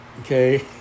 Okay